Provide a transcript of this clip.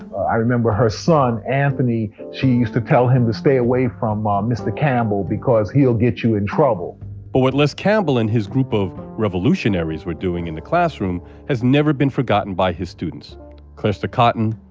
i remember her son anthony. she used to tell him to stay away from um mr. campbell because he'll get you in trouble but what les campbell and his group of revolutionaries were doing in the classroom has never been forgotten by his students cleaster cotton,